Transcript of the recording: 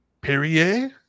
Perrier